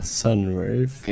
sunroof